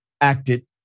acted